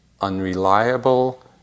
unreliable